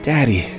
Daddy